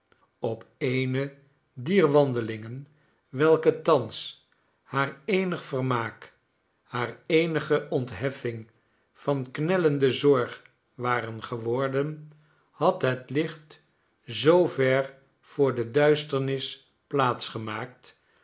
op eene dier wandelingen welke thans haar eenig vermaak hare eenige ontheffing van knellende zorg waren geworden had het licht zoover voor de duisternis plaats gemaakt